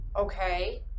Okay